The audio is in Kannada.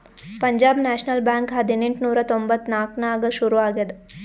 ಪಂಜಾಬ್ ನ್ಯಾಷನಲ್ ಬ್ಯಾಂಕ್ ಹದಿನೆಂಟ್ ನೂರಾ ತೊಂಬತ್ತ್ ನಾಕ್ನಾಗ್ ಸುರು ಆಗ್ಯಾದ